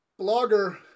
Blogger